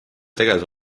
tegevuse